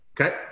Okay